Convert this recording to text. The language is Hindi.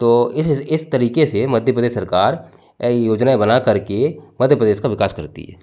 तो इस इस तरीके से मध्य प्रदेश सरकार योजनाएं बना करके मध्य प्रदेश का विकास करती है